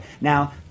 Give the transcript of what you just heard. Now